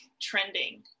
trending